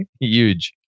Huge